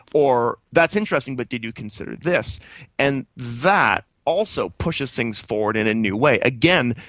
or, that's interesting but did you consider this and that also pushes things forward in a new way. again,